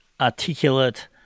articulate